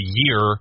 year